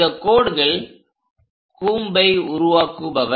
இந்த கோடுகள் கூம்பை உருவாக்குபவை